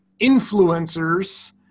influencers